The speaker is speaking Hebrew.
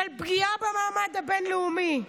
של פגיעה במעמד הבין-לאומי,